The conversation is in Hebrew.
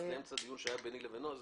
נכנסת באמצע דיון שהיה ביני לבינו אז